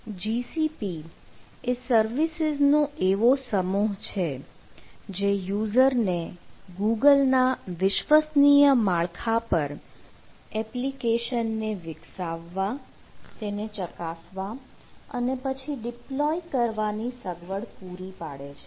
GCP એ સર્વિસીસનો એવો સમૂહ છે જે યુઝરને ગૂગલના વિશ્વસનીય માળખા પર એપ્લિકેશનને વિકસાવવા તેને ચકાસવા અને પછી ડિપ્લોય કરવાની સગવડ પૂરી પાડે છે